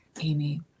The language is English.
Amy